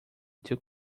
took